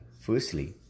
firstly